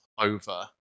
over